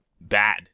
bad